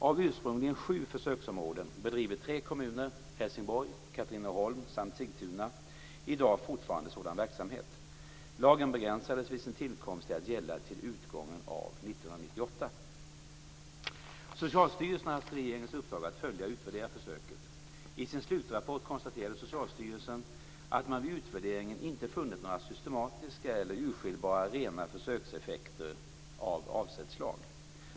Av ursprungligen sju försöksområden bedriver tre kommuner, Helsingborg, Katrineholm samt Sigtuna, i dag fortfarande sådan verksamhet. Lagen begränsades vid sin tillkomst till att gälla till utgången av år 1998. Socialstyrelsen har haft regeringens uppdrag att följa och utvärdera försöket. I sin slutrapport konstaterade Socialstyrelsen att man vid utvärderingen inte funnit några systematiska eller urskiljbara rena försökseffekter av avsett slag.